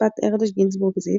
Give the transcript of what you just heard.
משפט ארדש-גינזבורג-זיו,